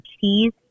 cheese